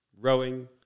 rowing